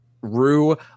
Rue